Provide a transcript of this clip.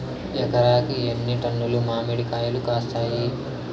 ఎకరాకి ఎన్ని టన్నులు మామిడి కాయలు కాస్తాయి?